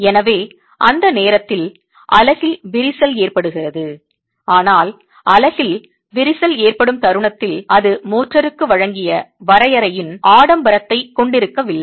எனவே அந்த நேரத்தில் அலகில் விரிசல் ஏற்படுகிறது ஆனால் அலகில் விரிசல் ஏற்படும் தருணத்தில் அது மோர்டாருக்கு வழங்கிய வரையறையின் ஆடம்பரத்தைக் கொண்டிருக்கவில்லை